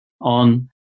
on